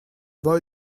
boy